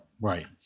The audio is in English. Right